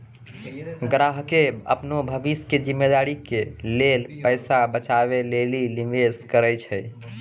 ग्राहकें अपनो भविष्य के जिम्मेदारी के लेल पैसा बचाबै लेली निवेश करै छै